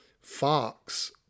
Fox